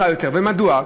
ומדוע?